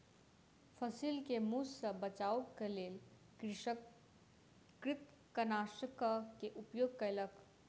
फसिल के मूस सॅ बचाबअ के लेल कृषक कृंतकनाशक के उपयोग केलक